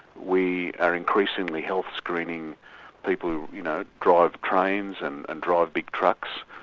we are increasingly health screening people who you know drive trains and and drive big trucks,